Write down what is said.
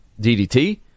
DDT